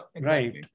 Right